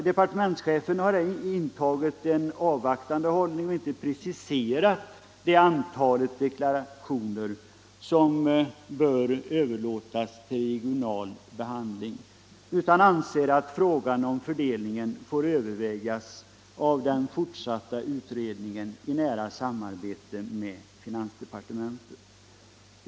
Departementschefen har här intagit en avvaktande hållning och inte preciserat det antal deklarationer som bör överlåtas till regional behandling utan anser att frågan om fördelningen får övervägas av den fortsatta utredningen i nära samarbete med finansdepartementet.